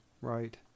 Right